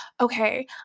okay